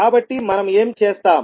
కాబట్టి మనం ఏమి చేస్తాము